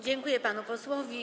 Dziękuję panu posłowi.